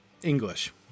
English